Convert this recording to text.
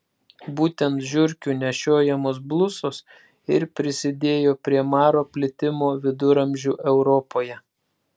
būtent žiurkių nešiojamos blusos ir prisidėjo prie maro plitimo viduramžių europoje